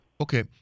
Okay